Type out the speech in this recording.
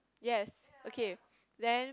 yes okay then